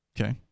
Okay